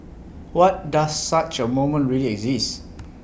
what does such A moment really exist